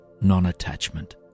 non-attachment